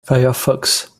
firefox